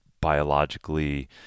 biologically